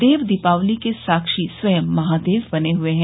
देव दीपावली के साक्षी स्वयं महादेव बने हुए हैं